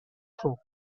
through